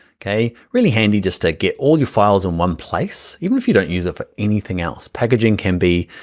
okay? really handy handy just to get all your files in one place even if you don't use it for anything else. packaging can be,